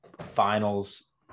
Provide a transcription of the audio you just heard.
Finals